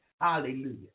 Hallelujah